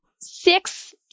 six